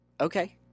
okay